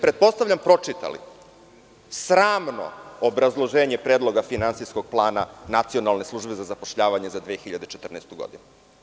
Pretpostavljam da ste pročitali sramno obrazloženje Predloga finansijskog plana Nacionalne službe za zapošljavanje za 2014. godinu.